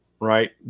right